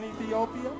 Ethiopia